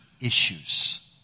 issues